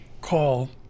call